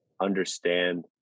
understand